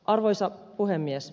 arvoisa puhemies